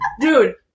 Dude